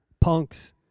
punks